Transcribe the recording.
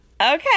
Okay